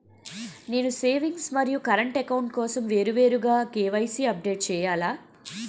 నేను సేవింగ్స్ మరియు current account కోసం వేరువేరుగా కే.వై.సీ అప్డేట్ చేయాలా?